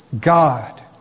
God